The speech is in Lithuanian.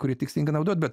kuri tikslinga naudot bet